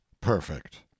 perfect